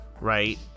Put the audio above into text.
right